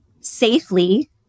safely